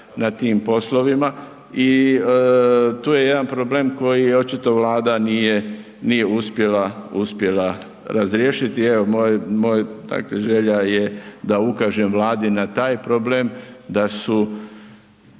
na tim poslovima i tu je jedan problem koji očito Vlada nije, nije uspjela razriješiti. Evo, moj dakle želja je da ukažem Vladi na taj problem da su